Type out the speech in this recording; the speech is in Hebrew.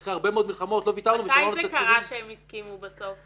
אחרי הרבה מאוד מלחמות לא ויתרנו -- מתי זה קרה שהם הסכימו בסוף?